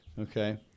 Okay